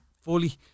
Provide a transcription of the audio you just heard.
fully